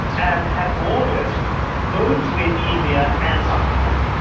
and had borders both with india and pakistan.